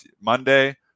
Monday